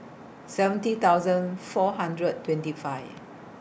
seventy thousand four hundred twenty five